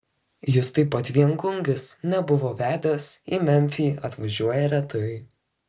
jis taip pat viengungis nebuvo vedęs į memfį atvažiuoja retai